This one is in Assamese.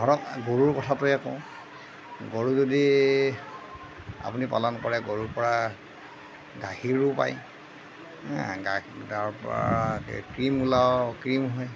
ধৰক গৰুৰ কথাটোৱে কওঁ গৰু যদি আপুনি পালন কৰে গৰুৰপৰা গাখীৰো পায় তাৰপৰা ক্ৰীম ওলাব ক্ৰীম হয়